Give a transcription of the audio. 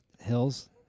hills